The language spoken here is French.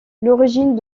l’origine